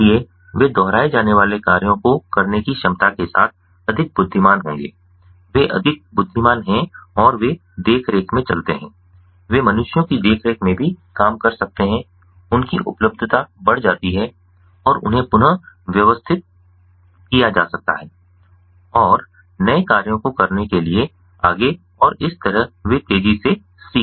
इसलिए वे दोहराए जाने वाले कार्यों को करने की क्षमता के साथ अधिक बुद्धिमान होंगे वे अधिक बुद्धिमान हैं और वे देखरेख में चलते हैं वे मनुष्यों की देखरेख में भी काम कर सकते हैं उनकी उपलब्धता बढ़ जाती है और उन्हें पुन व्यवस्थित किया जा सकता है और नए कार्यों को करने के लिए आगे और इस तरह वे तेजी से सीख सकते हैं